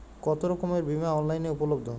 কতোরকমের বিমা অনলাইনে উপলব্ধ?